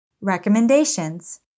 Recommendations